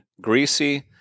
greasy